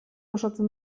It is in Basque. osatzen